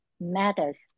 matters